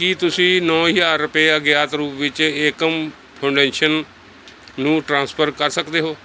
ਕੀ ਤੁਸੀਂਂ ਨੌਂ ਹਜ਼ਾਰ ਰੁਪਏ ਅਗਿਆਤ ਰੂਪ ਵਿੱਚ ਏਕਮ ਫਾਊਂਡੇਸ਼ਨ ਨੂੰ ਟ੍ਰਾਂਸਫਰ ਕਰ ਸਕਦੇ ਹੋ